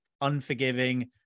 unforgiving